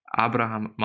Abraham